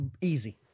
easy